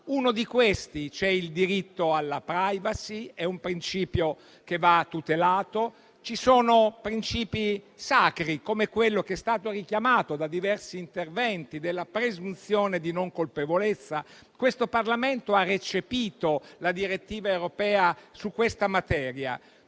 uno di questi, il diritto alla *privacy*, è un principio che va tutelato. Ci sono principi sacri, come quello, richiamato da diversi interventi, della presunzione di non colpevolezza. Questo Parlamento ha recepito la direttiva europea in materia,